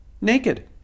naked